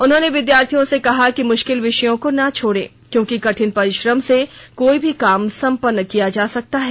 उन्होंने विद्यार्थियों से कहा कि मुश्किल विषयों को न छोड़ें क्योंकि कठिन परिश्रम से कोई भी काम सम्पन्न किया जा सकता है